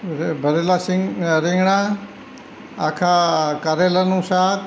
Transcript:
ભરેલા સિંગ રિંગણાં આખા કારેલાંનું શાક